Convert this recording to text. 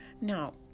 Now